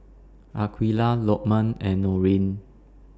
Aqilah Lokman and Nurin